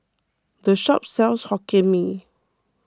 this shop sells Hokkien Mee